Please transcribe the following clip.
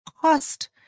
cost